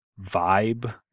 vibe